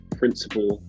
principle